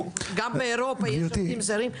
גם באירופה יש עובדים זרים.